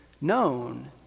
known